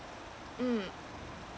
mm